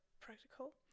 practical